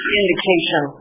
indication